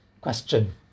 question